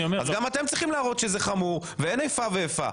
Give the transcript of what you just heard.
אז גם אתם צריכים להראות שזה חמור ושאין איפה ואיפה.